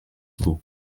plu